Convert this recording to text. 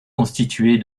constituée